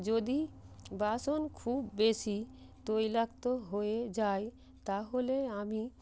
যদি বাসন খুব বেশি তৈলাক্ত হয়ে যায় তাহলে আমি